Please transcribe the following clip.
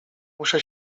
muszę